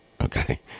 okay